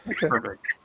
perfect